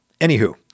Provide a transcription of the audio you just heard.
Anywho